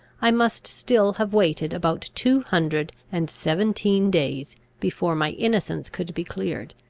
i must still have waited about two hundred and seventeen days before my innocence could be cleared.